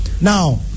now